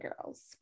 Girls